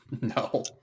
no